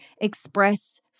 express